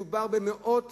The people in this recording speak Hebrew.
מדובר בתוספת של מאות